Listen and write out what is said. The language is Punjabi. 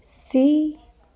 ਸਈ